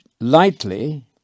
lightly